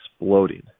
exploding